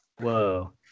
Whoa